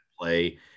play